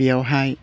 बेयावहाय